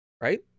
right